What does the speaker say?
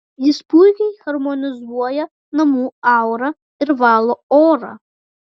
jis puikiai harmonizuoja namų aurą ir valo orą